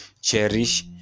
cherish